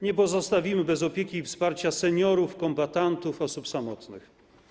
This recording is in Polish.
Nie pozostawimy bez opieki i wsparcia seniorów, kombatantów, osób samotnych.